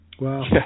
Wow